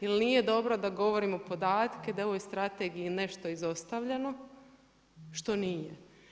Jer nije dobro da govorimo podatke da je u ovoj strategiji nešto izostavljeno što nije.